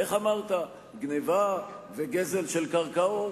איך אמרת, גנבה וגזל של קרקעות?